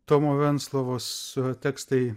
tomo venclovos tekstai